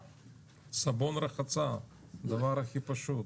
סבון רחצה, דבר הכי פשוט,